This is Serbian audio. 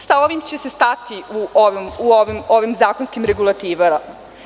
Sa ovim će se stati u ovim zakonskim regulativama.